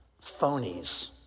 phonies